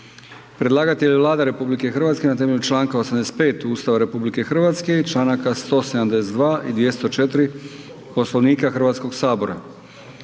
Predlagatelj je Vlada RH na temelju članka 85. Ustava RH i članaka 172. i 204. Poslovnika Hrvatskog sabora.